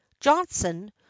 johnson